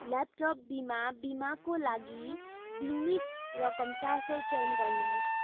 laptop बिमा बिमाको लागि बिमित रकम चार सय चयन गर्नुहोस्